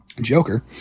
Joker